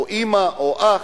אמא או אח,